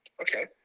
Okay